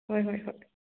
ꯍꯣꯏ ꯍꯣꯏ ꯍꯣꯏ